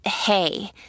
hey